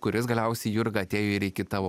kuris galiausiai jurga atėjo ir iki tavo